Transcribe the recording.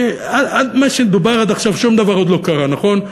כי מה שדובר עד עכשיו שום דבר עוד לא קרה, נכון?